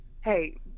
hey